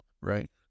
right